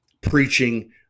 preaching